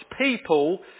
people